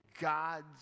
God's